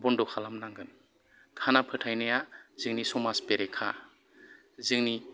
बन्द' खालामनांगोन खाना फोथायनाया जोंनि समाज बेरेखा जोंनि